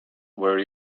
where